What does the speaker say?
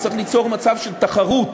וצריך ליצור מצב של תחרות,